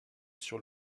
sur